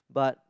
but